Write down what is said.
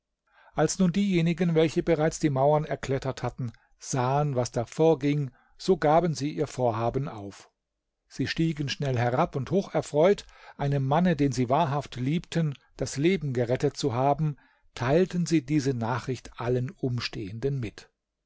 als nun diejenigen welche bereits die mauern erklettert hatten sahen was da vorging so gaben sie ihr vorhaben auf sie stiegen schnell herab und hocherfreut einem manne den sie wahrhaft liebten das leben gerettet zu haben teilten sie diese nachricht allen umstehenden mit